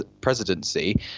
presidency